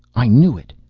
i knew it.